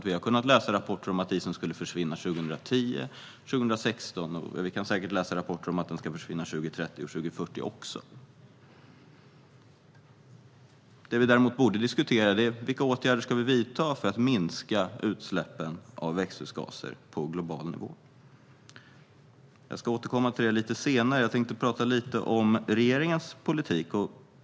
Vi har kunnat läsa rapporter om att isen skulle försvinna 2010 respektive 2016, och vi kan säkert även läsa rapporter om att den ska försvinna 2030 eller 2040. Det vi däremot borde diskutera är vilka åtgärder vi ska vidta för att minska utsläppen av växthusgaser på global nivå. Jag ska återkomma till det senare, men nu tänkte jag prata lite om regeringens politik.